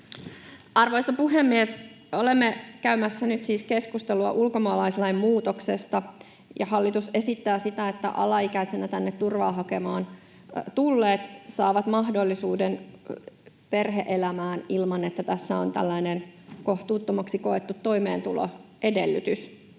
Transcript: Arvoisa puhemies! Olemme käymässä nyt siis keskustelua ulkomaalaislain muutoksesta, ja hallitus esittää sitä, että alaikäisenä tänne turvaa hakemaan tulleet saavat mahdollisuuden perhe-elämään ilman, että tässä on tällainen kohtuuttomaksi koettu toimeentuloedellytys.